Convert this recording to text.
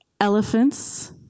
elephants